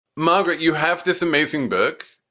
margaret, you have this amazing book.